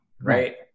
right